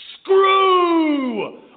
screw